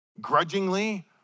grudgingly